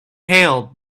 hailed